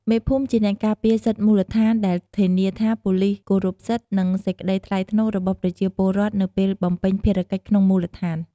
មេភូមិជាអ្នកការពារសិទ្ធិមូលដ្ឋានដែលធានាថាប៉ូលីសគោរពសិទ្ធិ និងសេចក្តីថ្លៃថ្នូររបស់ប្រជាពលរដ្ឋនៅពេលបំពេញភារកិច្ចក្នុងមូលដ្ឋាន។